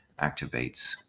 activates